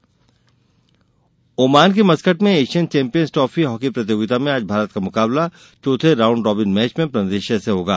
एशियाई hockey Oman के Muscat में एशियन चैम्पियंस ट्रॉफी हॉकी प्रतियोगिता में आज भारत का मुकाबला चौथे राउंड रॉबिन मैच में मलेशिया से होगा